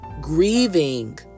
Grieving